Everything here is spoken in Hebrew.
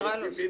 אקרא לו.